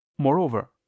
Moreover